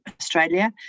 Australia